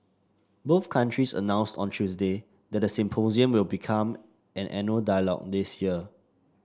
both countries announced on Tuesday that the symposium will become an annual dialogue this year